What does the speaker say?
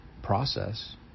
process